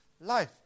life